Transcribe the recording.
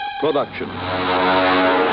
production